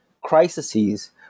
crises